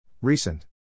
Recent